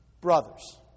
brothers